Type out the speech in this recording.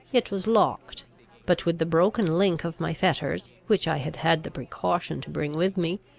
it was locked but, with the broken link of my fetters, which i had had the precaution to bring with me,